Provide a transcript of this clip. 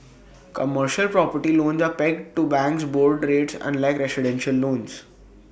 commercial property loans are pegged to banks' board rates unlike residential loans